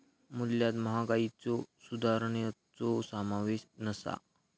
मूल्यात महागाईच्यो सुधारणांचो समावेश नसा